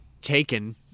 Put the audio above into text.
taken